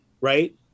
right